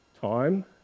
time